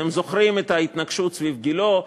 אתם זוכרים את ההתנגשות סביב גילה,